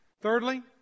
Thirdly